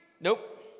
Nope